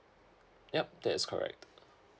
yup that's correct